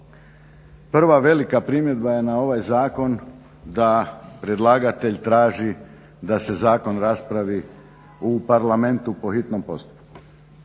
Prva velika primjedba je na ovaj zakon da predlagatelj traži da se zakon raspravi u parlamentu po hitnom postupku.